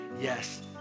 yes